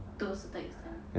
to a certain extent